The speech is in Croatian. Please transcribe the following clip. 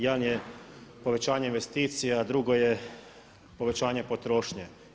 Jedan je povećanje investicija, a drugo je povećanje potrošnje.